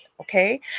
Okay